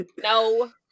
No